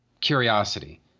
curiosity